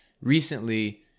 recently